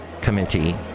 Committee